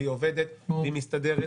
היא עובדת והיא מסתדרת,